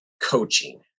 coaching